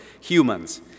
humans